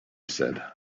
said